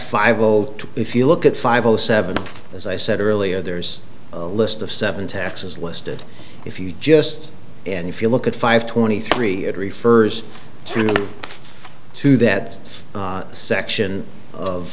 five o two if you look at five o seven as i said earlier there's a list of seven taxes listed if you just and if you look at five twenty three it refers to that section of